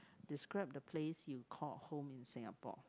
describe the place you call home in Singapore